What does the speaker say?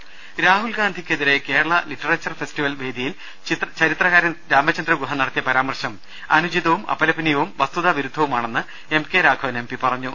ദേദ രാഹുൽഗാന്ധിക്കെതിരെ Kerala literature festival വേദിയിൽ ചരിത്രകാരൻ രാമചന്ദ്രഗുഹ നടത്തിയ പരാമർശം അനുചിതവും അപലപനീയവും വസ്തുതാവിരുദ്ധവുമാണെന്ന് M K Raghavan M P പറഞ്ഞു